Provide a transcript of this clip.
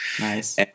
Nice